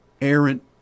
errant